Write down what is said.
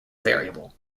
variable